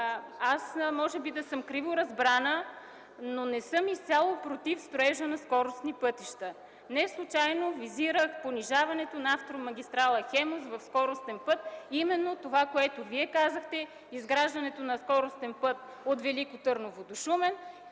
си може да съм криво разбрана, но не съм изцяло против строежа на скоростни пътища. Неслучайно визирах понижаването на автомагистрала „Хемус” в скоростен път. Именно това, което Вие казахте – изграждането на скоростен път от Велико Търново до Шумен,